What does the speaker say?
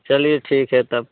चलिए ठीक है तब